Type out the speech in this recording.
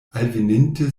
alveninte